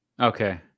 Okay